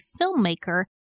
filmmaker